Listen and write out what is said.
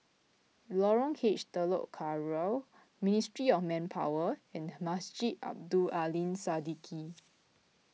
Lorong H Telok Kurau Ministry of Manpower and Masjid Abdul Aleem Siddique